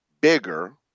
bigger